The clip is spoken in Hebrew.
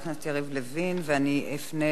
ואני אפנה אל המציע.